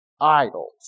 idols